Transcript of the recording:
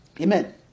Amen